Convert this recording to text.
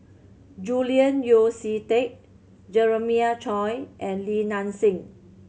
Julian Yeo See Teck Jeremiah Choy and Li Nanxing